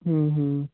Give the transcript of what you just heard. ਹਮ ਹਮ